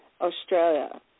Australia